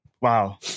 wow